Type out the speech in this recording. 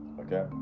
okay